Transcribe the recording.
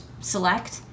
select